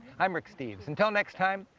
i'm rick steves. until next time,